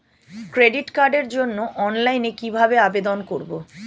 Credit কার্ডের জন্য অনলাইনে কিভাবে আবেদন করব?